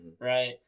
right